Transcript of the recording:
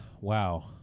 Wow